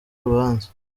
urubanza